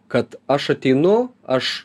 kad aš ateinu aš